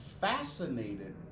fascinated